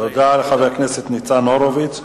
תודה לחבר הכנסת ניצן הורוביץ.